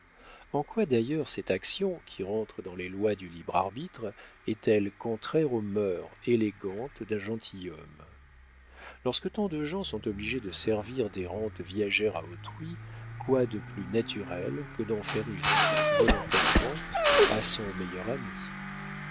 en quoi d'ailleurs cette action qui rentre dans les lois du libre arbitre est-elle contraire aux mœurs élégantes d'un gentilhomme lorsque tant de gens sont obligés de servir des rentes viagères à autrui quoi de plus naturel que d'en faire une volontairement à son meilleur ami